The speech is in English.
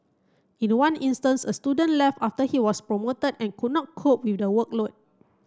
in one instance a student left after he was promoted and could not cope with the workload